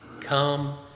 Come